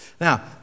Now